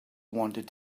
wanted